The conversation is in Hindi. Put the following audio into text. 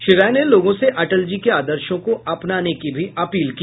श्री राय ने लोगों से अटल जी के आदर्शों को अपनाने की भी अपील की